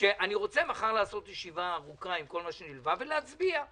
שאני רוצה מחר לעשות ישיבה ארוכה עם כל מה שנלווה בזה ולהצביע.